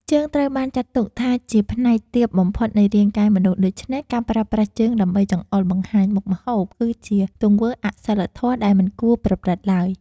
ជើងត្រូវបានចាត់ទុកថាជាផ្នែកទាបបំផុតនៃរាងកាយមនុស្ស ដូច្នេះ ការប្រើប្រាស់ជើងដើម្បីចង្អុលបង្ហាញមុខម្ហូបគឺជាទង្វើអសីលធម៌ដែលមិនគួរប្រព្រឹត្តឡើយ។